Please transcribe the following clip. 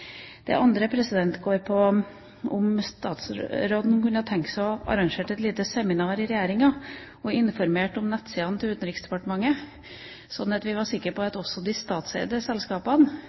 det er en okkupasjon. Det andre gjelder om utenriksministeren kunne tenkt seg å arrangere et lite seminar i Regjeringa og informert om nettsidene til Utenriksdepartementet, slik at vi var sikker på at også de statseide selskapene